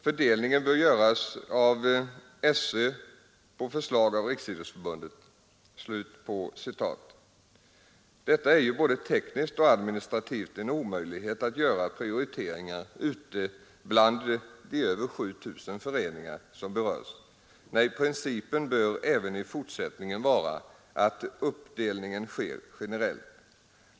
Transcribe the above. Fördelningen bör göras av skolöverstyrelsen efter förslag av Riksidrottsförbundet.” Det är ju både tekniskt och administrativt omöjligt att göra prioriteringar bland de över 7 000 föreningar som berörs. Nej, principen bör även i fortsättningen vara att uppdelningen sker generellt.